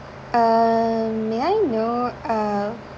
um may I know uh